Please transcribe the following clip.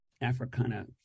Africana